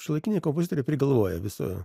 šiuolaikiniai kompozitoriai prigalvoja visa